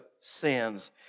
sins